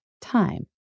time